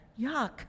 yuck